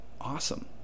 awesome